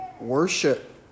worship